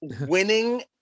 winning